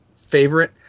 favorite